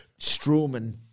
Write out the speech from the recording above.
Strowman